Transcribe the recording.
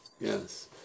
Yes